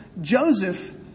Joseph